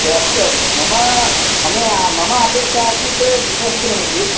या अस्तु अस्तु मम समयः मम अपेक्षा आसीत् द्विसहस्रमिति